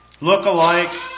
Look-alike